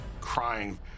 crying